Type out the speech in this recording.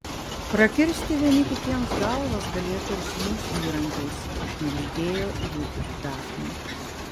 prakirsti vieni kitiems galvas galėtų ir su mūsų įrankiais pašnibždėjo ji dafnei